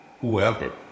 whoever